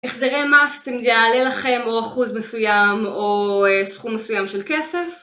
החזרי מס, תמיד יעלה לכם או אחוז מסוים או סכום מסוים של כסף